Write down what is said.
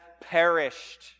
perished